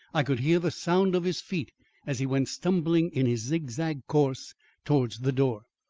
i could hear the sound of his feet as he went stumbling in his zigzag course towards the door.